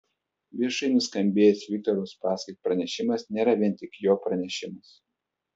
viešai nuskambėjęs viktoro uspaskich pranešimas nėra vien tik jo pranešimas